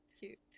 cute